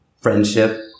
friendship